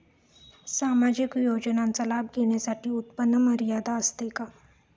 सामाजिक योजनांचा लाभ घेण्यासाठी उत्पन्न मर्यादा असते का?